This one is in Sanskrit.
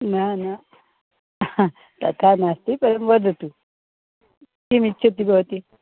न न तथा नास्ति परं वदतु किमिच्छति भवती